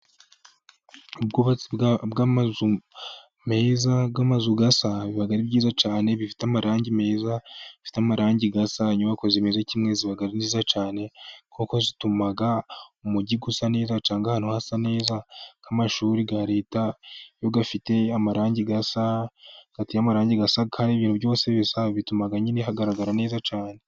Ubwubatsi bw' amazu meza, bw' amazu asa biba ari byiza cyane zifite amarangi meza, zifite amarangi asa. Inyubako zimeze kimwe ziba nziza cyane kuko zituma umujyi usa neza cyane, cyangwa ahantu hasa neza nk' amashuri ya leta iyo afite amarangi, ateye amarangi asa, hari ibintu byose bisa, bituma nyine hagaragara neza cyane.